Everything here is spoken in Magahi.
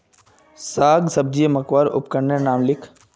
साग सब्जी मपवार उपकरनेर नाम लिख?